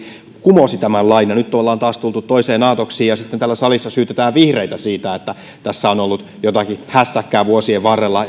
kumosi tämän lain ja nyt ollaan taas tultu toisiin aatoksiin ja sitten täällä salissa syytetään vihreitä siitä että tässä on ollut jotakin hässäkkää vuosien varrella